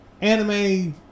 anime